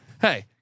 hey